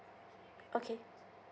okay